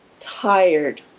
tired